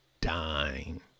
dime